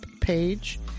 page